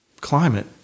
climate